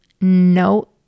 no